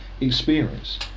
experience